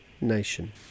nation